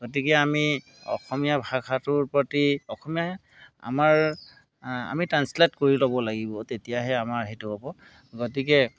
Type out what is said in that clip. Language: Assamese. গতিকে আমি অসমীয়া ভাষাটোৰ প্ৰতি অসমীয়াই আমাৰ আমি ট্ৰানস্লেট কৰি ল'ব লাগিব তেতিয়াহে আমাৰ সেইটো হ'ব গতিকে